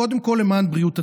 קודם כול למען בריאות הציבור.